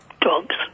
dogs